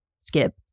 skip